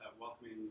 welcoming